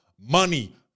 money